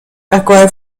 acquire